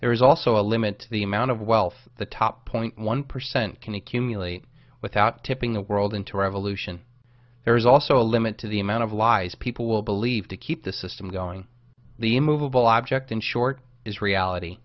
there is also a limit to the amount of wealth the top point one percent can accumulate without tipping the world into revolution there is also a limit to the amount of lies people will believe to keep the system going the immovable object in short is reality